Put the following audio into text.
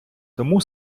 тому